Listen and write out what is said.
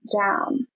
down